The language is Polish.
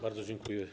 Bardzo dziękuję.